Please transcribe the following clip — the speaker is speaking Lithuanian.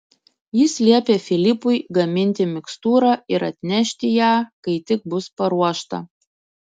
jis liepė filipui gaminti mikstūrą ir atnešti ją kai tik bus paruošta